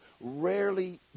rarely